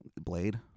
Blade